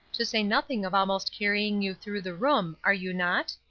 to say nothing of almost carrying you through the room, are you not?